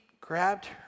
grabbed